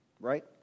Right